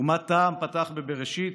ומה טעם פתח ב"בראשית"?